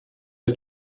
her